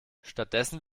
stattdessen